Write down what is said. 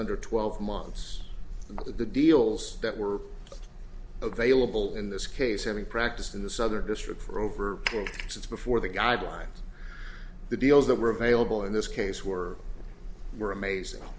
under twelve months of the deals that were available in this case having practiced in the southern district for over since before the guidelines the deals that were available in this case were were amaz